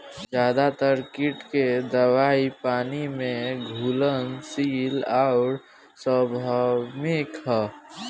ज्यादातर कीट के दवाई पानी में घुलनशील आउर सार्वभौमिक ह?